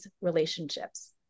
relationships